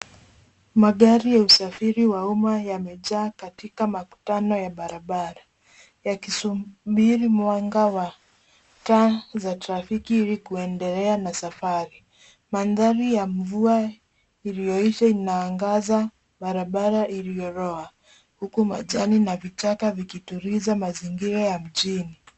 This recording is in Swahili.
Magari ya usafiri wa umma yamejaa katika makutano ya barabara, yakisubiri mwanga wa taa za trafiki ili kuendelea na safari. Mandhari ya mvua iliyoisha inaangaza barabara iliyolowa, huku majani na vichaka vikituliza mazingira ya mjini.